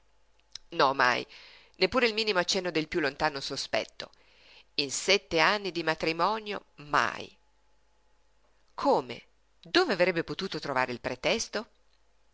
no mai neppure il minimo accenno del piú lontano sospetto in sette anni di matrimonio mai come dove avrebbe potuto trovare il pretesto